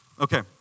Okay